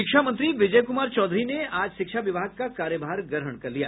शिक्षा मंत्री विजय कुमार चौधरी ने आज शिक्षा विभाग का कार्यभार ग्रहण कर लिया